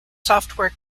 software